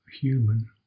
human